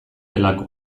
delako